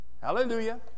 Hallelujah